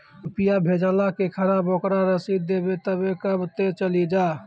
रुपिया भेजाला के खराब ओकरा रसीद देबे तबे कब ते चली जा?